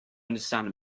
understand